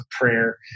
prayer